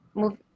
move